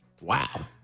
Wow